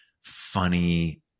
funny